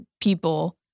people